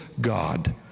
God